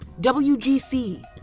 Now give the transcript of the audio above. WGC